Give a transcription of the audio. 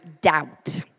doubt